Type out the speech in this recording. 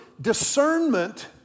discernment